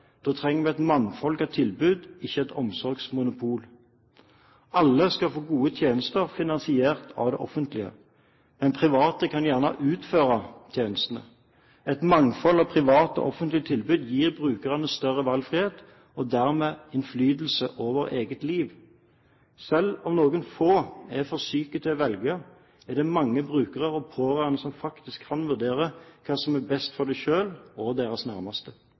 Da trenger vi et mangfold av tilbud, ikke et omsorgsmonopol. Alle skal få gode tjenester finansiert av det offentlige, men private kan gjerne utføre tjenestene. Et mangfold av private og offentlige tilbud gir brukerne større valgfrihet og dermed innflytelse over eget liv. Selv om noen få er for syke til å velge, er det mange brukere og pårørende som faktisk kan vurdere hva som er best for dem selv og deres nærmeste.